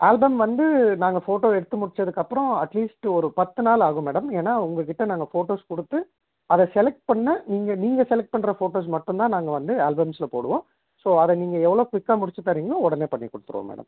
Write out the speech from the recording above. album வந்து நாங்கள் photo எடுத்து முடிச்சதுக்கப்புறோம் அட்லீஸ்ட் ஒரு பத்து நாள் ஆகும் மேடம் ஏன்னா உங்கள்கிட்ட நாங்கள் போட்டோஸ் கொடுத்து அத செலக்ட் பண்ண அதை நீங்கள் நீங்கள் செலக்ட் பண்ணுற போட்டோஸ் மட்டுந்தான் நாங்கள் வந்து ஆல்பம்ஸ்ல போடுவோம் ஸோ அதை நீங்கள் எவ்வளோ குயிக்காக முடிச்சித் தரிங்களோ உடனே பண்ணிக்கொடுத்துடுவோம் மேடம்